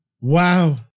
Wow